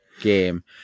game